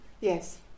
yes